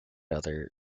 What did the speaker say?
other